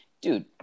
dude